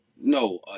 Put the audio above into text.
No